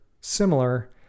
similar